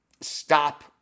stop